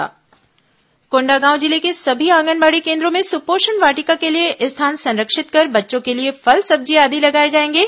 सुपोषण वाटिका कोंडागांव कोंडागांव जिले के सभी आंगनबाड़ी केन्द्रों में सुपोषण वाटिका के लिए स्थान संरक्षित कर बच्चों के लिए फल सब्जी आदि लगाए जाएंगे